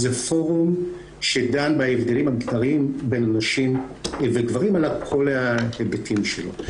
זה פורום שדן בהבדלים המגדריים בין נשים לבין גברים על כל ההיבטים שלו.